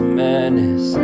madness